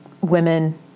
women